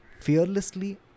fearlessly